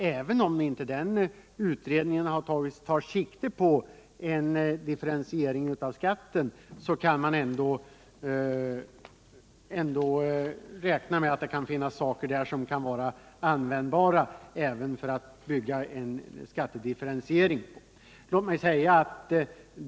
Även om inte den utredningen tar sikte på en differentiering av skatten kan man ändå räkna med att vissa delar av dess resultat kan användas för att bygga en skattedifferentiering på.